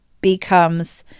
becomes